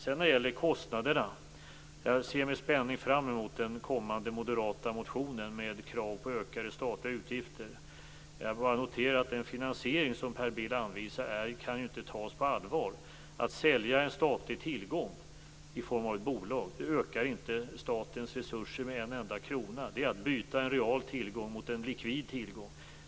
När det gäller kostnaderna ser jag med spänning fram emot den kommande moderata motionen med krav på ökade statliga utgifter. Jag noterar bara att den finansiering Per Bill anvisar inte kan tas på allvar. Att sälja en statlig tillgång i form av ett bolag ökar inte statens resurser med en enda krona. Det är att byta en real tillgång mot en likvid tillgång.